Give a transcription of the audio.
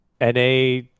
NA